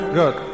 good